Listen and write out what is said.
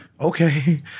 Okay